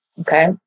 Okay